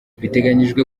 biteganyijwe